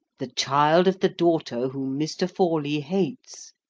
the child of the daughter whom mr. forley hates,